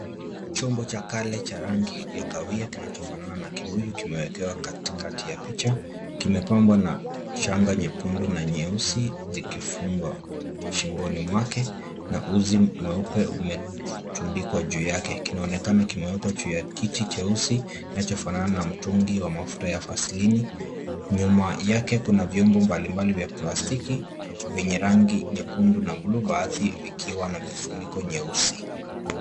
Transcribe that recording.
Chombo cha kale cha rangi ya kahawia kinachofanana na kibuyu, kimewekewa katikati ya picha kimepambwa na shanga nyekundu na nyeusi zikifunfwa shingoni mwaka na uzi mweupe umetundikwa juu yake. Kinaonekana kimewekwa juu ya kiti cheusi kinachofanana na mtungi wa mafuta ya vasilini, nyuma yake kuna vyombo mbalimbali vya plastiki vyenye rangi nyekundu na bluu, baadhi vikiwa na vifuniko nyeusi.